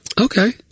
Okay